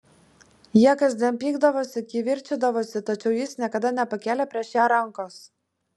jie kasdien pykdavosi kivirčydavosi tačiau jis niekada nepakėlė prieš ją rankos